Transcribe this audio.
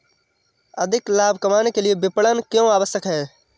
अधिक लाभ कमाने के लिए विपणन क्यो आवश्यक है?